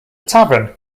tavern